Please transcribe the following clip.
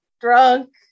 drunk